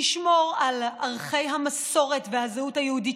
תשמור על ערכי המסורת והזהות היהודית